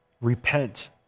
repent